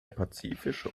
pazifische